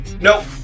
Nope